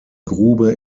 grube